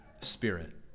Spirit